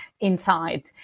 inside